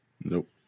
Nope